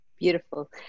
Beautiful